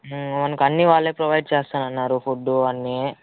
మనకి అన్నీ వాళ్ళే ప్రొవైడ్ చేస్తానన్నారు ఫుడ్డు అన్నీ